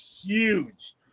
huge